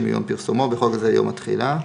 מיום פרסומו (בחוק זה - יום התחילה).